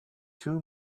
two